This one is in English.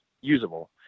usable